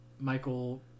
Michael